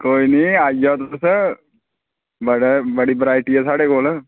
कोई निं आई जाओ तुस बड़ी वैरायटी ऐ साढ़े कोल